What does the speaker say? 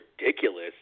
ridiculous